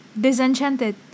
disenchanted